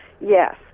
Yes